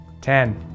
Ten